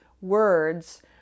words